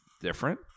different